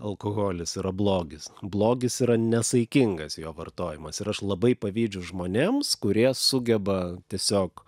alkoholis yra blogis blogis yra nesaikingas jo vartojimas ir aš labai pavydžiu žmonėms kurie sugeba tiesiog